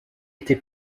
été